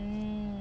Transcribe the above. mm